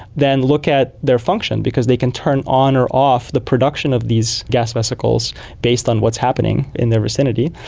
then look at their function because they can turn on or off the production of these gas vesicles based on what's happening in their vicinity,